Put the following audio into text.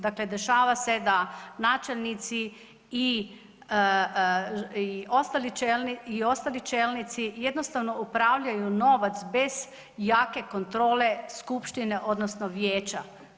Dakle, dešava se da načelnici i ostali čelnici jednostavno upravljaju novac bez jake kontrole skupštine odnosno vijeća.